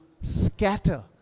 scatter